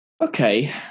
Okay